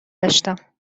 داشتم